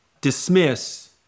dismiss